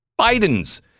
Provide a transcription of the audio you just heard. Biden's